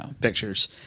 pictures